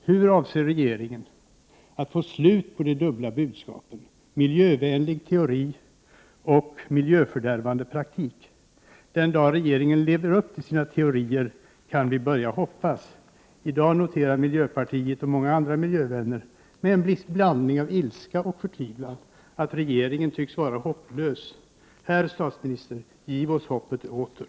Hur avser regeringen att få slut på det dubbla budskapen om miljövänlig teori och miljöfördärvande praktik? Den dag regeringen lever upp till sina teorier kan vi börja hoppas. I dag noterar vi i miljöpartiet och många andra miljövänner med en viss blandning av ilska och förtvivlan att regeringen tycks vara hopplös. Herr statsminister, giv oss hoppet åter!